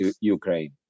Ukraine